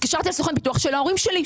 התקשרתי לסוכן הביטוח של ההורים שלי,